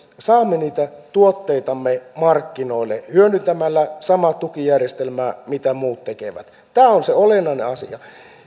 saamme niitä tuotteitamme markkinoille hyödyntämällä samaa tukijärjestelmää mitä muut tekevät tämä on se olennainen asia